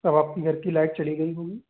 अब आपकी घर की लाइट चली गई होगी